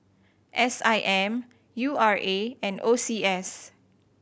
S I M U R A and O C S